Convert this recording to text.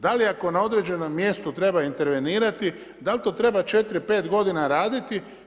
Da li ako na određenom mjestu treba intervenirati da li to treba 4, 5 godina raditi.